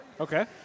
Okay